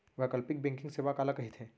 वैकल्पिक बैंकिंग सेवा काला कहिथे?